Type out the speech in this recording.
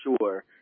sure